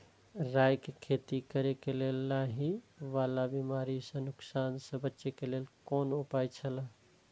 राय के खेती करे के लेल लाहि वाला बिमारी स नुकसान स बचे के लेल कोन उपाय छला?